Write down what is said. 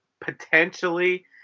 potentially